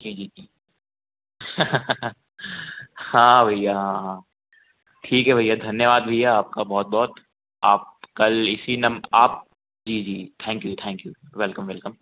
जी जी जी हाँ भैया हाँ हाँ ठीक है भैया धन्यवाद भैया आपका बहुत बहुत आप कल इसी नम आप जी जी थैंक यू जी थैंक यू वेलकम वेलकम